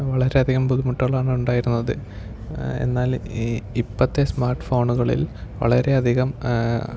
വളരെയധികം ബുദ്ധിമുട്ടുകളാണ് ഉണ്ടായിരുന്നത് എന്നാല് ഇപ്പത്തെ സ്മാർട്ട് ഫോണുകളിൽ വളരെയധികം